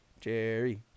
Jerry